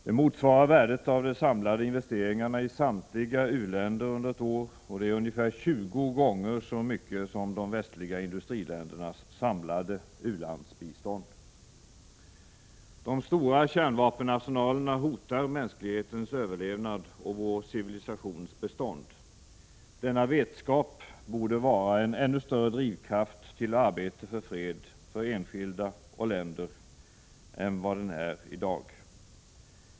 Det motsvarar värdet av de samlade investeringarna i samtliga u-länder under ett år, och det är ungefär 20 gånger så mycket som de västliga industriländernas samlade u-landsbistånd. De stora kärnvapenarsenalerna hotar mänsklighetens överlevnad och vår civilisations bestånd. Denna vetskap borde vara en ännu större drivkraft till arbete för fred för enskilda och länder än vad den är i dag.